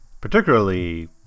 particularly